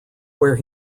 where